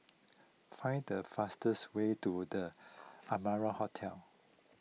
find the fastest way to the Amara Hotel